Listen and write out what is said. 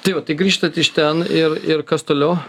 tai va tai grįžtat iš ten ir ir kas toliau